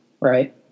Right